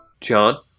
John